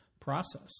process